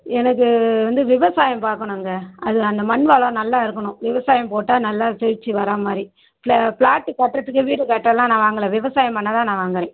எனக்கு வந்து விவசாயம் பார்க்கணுங்க அது அந்த மண் வளம் நல்லா இருக்கணும் விவசாயம் போட்டா நல்லா செழிச்சி வராமாதிரி ஃப்ள ஃப்ளாட்டு கட்டுறத்துக்கு வீடு கட்டலாம் நான் வாங்கல விவசாயம் பண்ண தான் நான் வாங்குறேன்